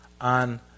on